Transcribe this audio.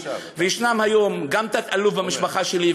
ויש היום גם תת-אלוף במשפחה שלי,